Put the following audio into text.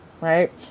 right